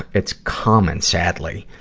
it's common, sadly.